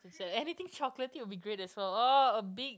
so everything chocolatey will be great as well oh a big